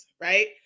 right